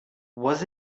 was